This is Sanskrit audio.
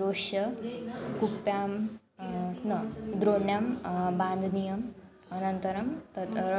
रोश्य कूपे न द्रोणौ बन्धनीयम् अनन्तरं तत्र